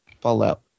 Fallout